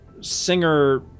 Singer